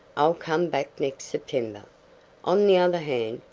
i'll come back next september on the other hand,